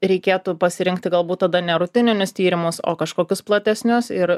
reikėtų pasirinkti galbūt tada nerutininius tyrimus o kažkokius platesnius ir